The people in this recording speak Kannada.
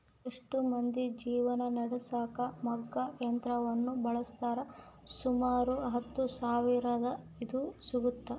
ಎಷ್ಟೊ ಮಂದಿ ಜೀವನ ನಡೆಸಕ ಮಗ್ಗ ಯಂತ್ರವನ್ನ ಬಳಸ್ತಾರ, ಸುಮಾರು ಹತ್ತು ಸಾವಿರವಿದ್ರ ಇದು ಸಿಗ್ತತೆ